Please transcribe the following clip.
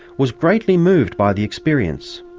was greatly moved by the experience,